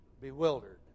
bewildered